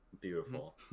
beautiful